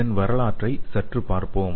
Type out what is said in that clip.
இதன் வரலாற்றை சற்று பார்ப்போம்